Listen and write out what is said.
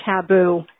taboo